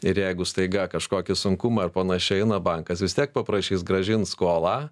ir jeigu staiga kažkokie sunkumai ar panašiai na bankas vis tiek paprašys grąžint skolą